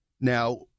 Now